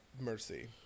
Mercy